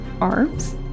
arms